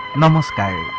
normal style